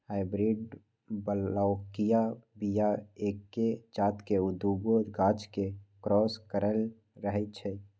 hybrid बलौकीय बीया एके जात के दुगो गाछ के क्रॉस कराएल रहै छै